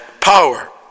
power